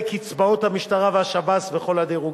קצבאות גמלאי המשטרה והשב"ס בכל הדירוגים,